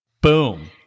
Boom